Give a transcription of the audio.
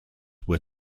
were